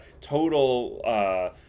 total